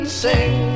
sing